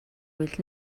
үйл